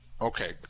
okay